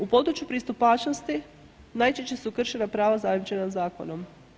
U području pristupačnosti najčešće su kršena prava zajamčena zakonom.